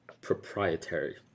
proprietary